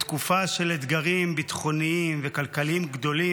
בתקופה של אתגרים ביטחוניים וכלכליים גדולים,